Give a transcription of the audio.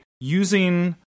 Using